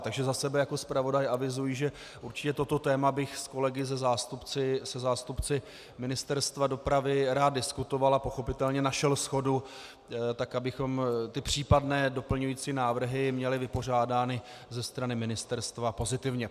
Takže za sebe jako zpravodaj avizuji, že určitě toto téma bych s kolegy, se zástupci Ministerstva dopravy rád diskutoval a pochopitelně našel shodu tak, abychom případné doplňující návrhy měli vypořádány ze strany ministerstva pozitivně.